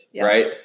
Right